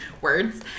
words